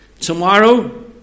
tomorrow